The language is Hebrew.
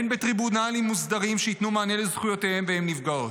הן בטריבונלים מוסדרים שייתנו מענה לזכויותיהם באם הן נפגעות.